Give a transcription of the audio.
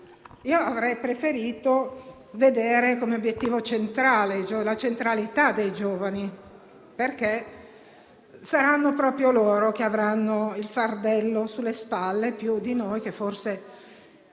Io avrei preferito vedere come obiettivo del Piano la centralità dei giovani, perché saranno proprio loro a portare il fardello sulle spalle, più di noi che forse